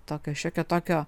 tokio šiokio tokio